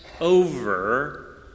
over